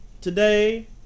today